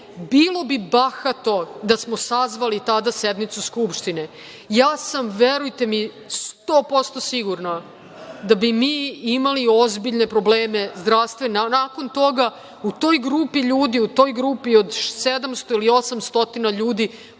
bilo bi bahato da smo sazvali tada sednicu Skupštine. Ja sam verujte mi, sto posto sigurna da bi mi imali ozbiljne probleme zdravstvene nakon toga, u toj grupi ljudi, u toj grupi od 700, 800 ljudi